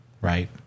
right